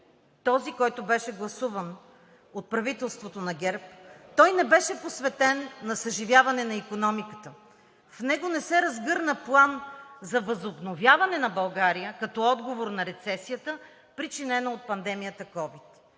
този, който беше гласуван от правителството на ГЕРБ, той не беше посветен на съживяване на икономиката. В него не се разгърна план за възобновяване на България като отговор на рецесията, причинена от пандемията ковид.